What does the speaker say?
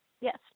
Yes